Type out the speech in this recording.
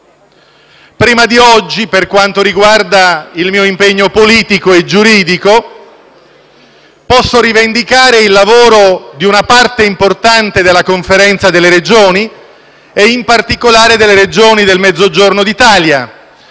Prima di oggi, per quanto riguarda il mio impegno politico e giuridico, posso rivendicare il lavoro di una parte importante della Conferenza delle Regioni e in particolare delle Regioni del Mezzogiorno d'Italia,